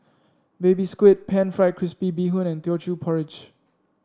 Baby Squid pan fried crispy Bee Hoon and Teochew Porridge